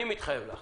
אני מתחייב לך